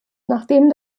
nachdem